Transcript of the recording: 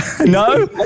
No